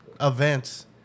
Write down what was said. events